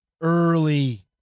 early